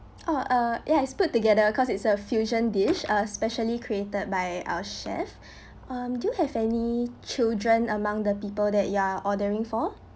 oh uh ya it's put together cause it's a fusion dish uh specially created by our chefs um do you have any children among the people that you are ordering for